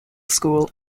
school